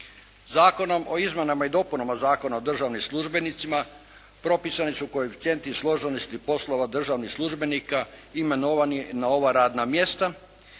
Zakonom o izmjenama i dopuna Zakona o državnim službenicima propisani su koeficijenti o složenosti poslova državnih službenika imenovani na ova radna mjesta,